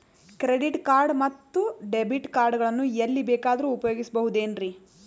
Credit card ಮತ್ತು debit card ಗಳನ್ನು ಎಲ್ಲಿ ಬೇಕಾದ್ರು ಉಪಯೋಗಿಸಬಹುದೇನ್ರಿ?